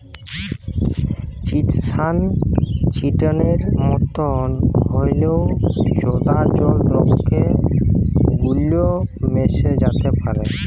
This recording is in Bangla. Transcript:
চিটসান চিটনের মতন হঁল্যেও জঁদা জল দ্রাবকে গুল্যে মেশ্যে যাত্যে পারে